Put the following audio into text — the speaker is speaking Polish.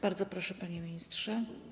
Bardzo proszę, panie ministrze.